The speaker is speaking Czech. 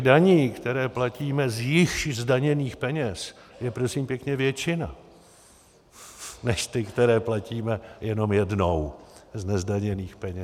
Daní, které platíme z již zdaněných peněz, je, prosím pěkně, většina než ty, které platíme jenom jednou z nezdaněných peněz.